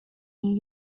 new